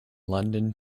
london